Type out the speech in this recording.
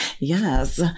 Yes